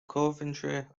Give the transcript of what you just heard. coventry